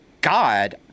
God